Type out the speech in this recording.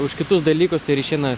už kitus dalykus tai ir išeina